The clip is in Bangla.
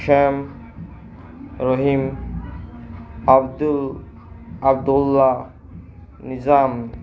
শ্যাম রহিম আব্দুল আব্দুল্লাহ নিজাম